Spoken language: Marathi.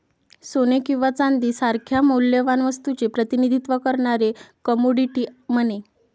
सोने किंवा चांदी सारख्या मौल्यवान वस्तूचे प्रतिनिधित्व करणारे कमोडिटी मनी